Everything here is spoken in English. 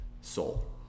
soul